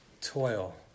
toil